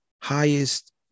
highest